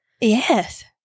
Yes